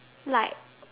like